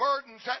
burdens